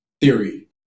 theory